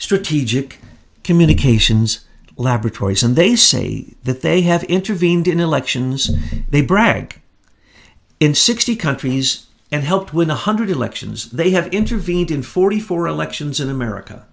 strategic communications laboratories and they say that they have intervened in elections they bragged in sixty countries and helped win one hundred elections they have intervened in forty four elections in america